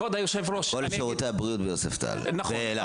כל שירותי הבריאות ביוספטל ואילת.